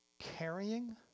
carrying